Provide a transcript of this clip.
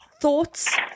thoughts